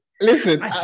Listen